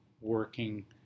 working